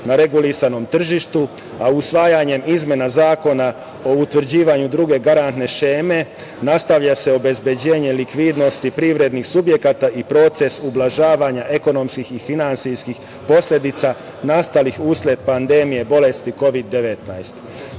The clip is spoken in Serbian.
na regulisanom tržištu, a usvajanjem izmena Zakona o utvrđivanju druge garantne šeme nastavlja se obezbeđenje likvidnosti privrednih subjekata i proces ublažavanja ekonomskih i finansijskih posledica nastalih usled pandemije bolesti Kovid